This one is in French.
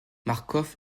marcof